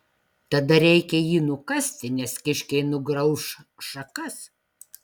tada reikia jį nukasti nes kiškiai nugrauš šakas